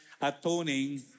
atoning